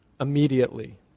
immediately